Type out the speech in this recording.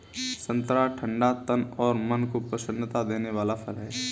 संतरा ठंडा तन और मन को प्रसन्नता देने वाला फल है